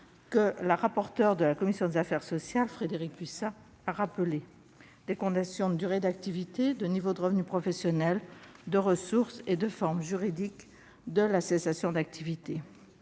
que la rapporteure de la commission des affaires sociales, Frédérique Puissat, a rappelées : conditions relatives à la durée d'activité, au niveau de revenus professionnels, aux ressources, à la forme juridique de la cessation d'activité.